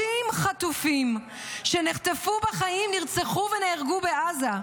30 חטופים שנחטפו בחיים נרצחו ונהרגו בעזה,